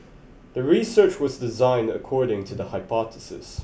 the research was designed according to the hypothesis